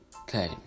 Okay